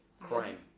crime